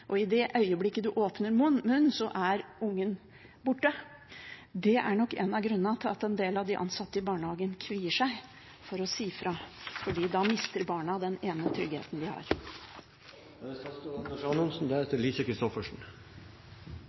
og i det øyeblikket en åpner munnen, er ungen borte. Det er nok en av grunnene til at en del av de ansatte i barnehagen kvier seg for å si ifra, for da mister barna den ene tryggheten de har.